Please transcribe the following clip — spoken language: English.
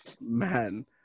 Man